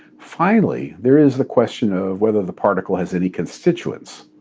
finally, there is the question of whether the particle has any constituents.